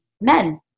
men